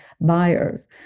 buyers